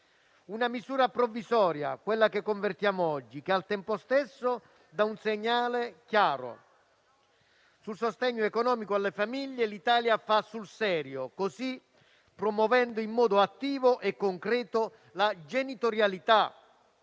una misura provvisoria, che al tempo stesso dà un segnale chiaro: sul sostegno economico alle famiglie l'Italia fa sul serio, promuovendo in modo attivo e concreto la genitorialità